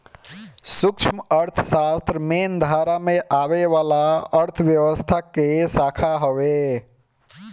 सूक्ष्म अर्थशास्त्र मेन धारा में आवे वाला अर्थव्यवस्था कअ शाखा हवे